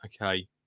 okay